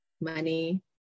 money